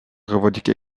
revendiquent